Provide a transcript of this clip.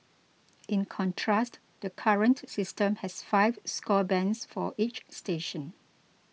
in contrast the current system has five score bands for each station